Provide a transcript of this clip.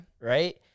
Right